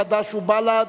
חד"ש ובל"ד,